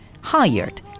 hired